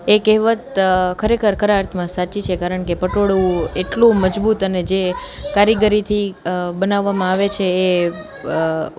એ કહેવત ખરેખર ખરા અર્થમાં સાચી છે કારણકે પટોળું એટલું મજબૂત અને જે કારીગરીથી બનાવવામાં આવે છે એ